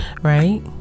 right